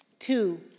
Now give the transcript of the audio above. Two